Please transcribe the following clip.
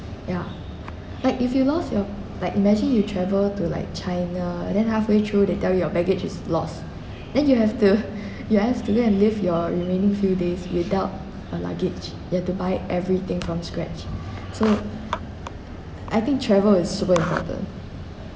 ya like if you lost your like imagine you travel to like china and then halfway through they tell you your baggage is lost then you have to you have to go and live your remaining few days without a luggage you have to buy everything from scratch so I think travel is super important